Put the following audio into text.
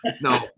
No